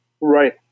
Right